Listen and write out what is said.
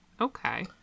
Okay